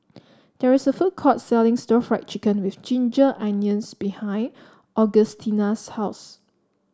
there is a food court selling stir Fry Chicken with Ginger Onions behind Augustina's house